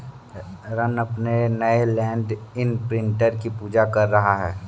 रत्न अपने नए land imprinter की पूजा कर रहा है